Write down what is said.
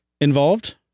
involved